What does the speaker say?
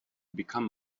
become